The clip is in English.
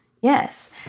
Yes